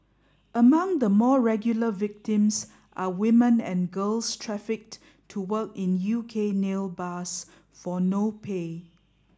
among the more regular victims are women and girls trafficked to work in U K nail bars for no pay